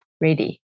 ready